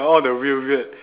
all the weird weird